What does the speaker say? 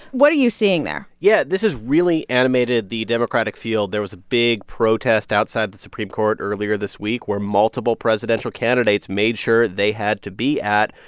what are you seeing there? yeah. this has really animated the democratic field. there was a big protest outside the supreme court earlier this week, where multiple presidential candidates made sure they had to be at.